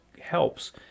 helps